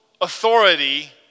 authority